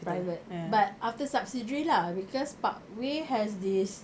private but after subsidiary lah because parkway has this